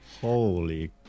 holy